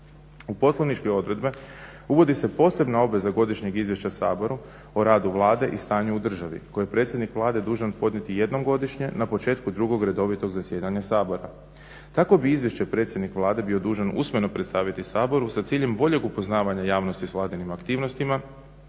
U poslovničke odredbe uvodi se posebna obveza godišnjeg izvješća Saboru o radu Vlade i stanja u državi koje je predsjednik Vlade dužan podnijeti jednom godišnje na početku drugog redovitog zasjedanja Sabora. Takvo bi izvješće predsjednik Vlade bio dužan usmeno predstaviti Saboru sa ciljem boljeg upoznavanja javnosti s vladinim aktivnostima